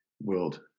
world